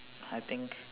I think